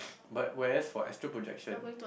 but where's for Osteo projection